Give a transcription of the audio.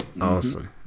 Awesome